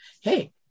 hey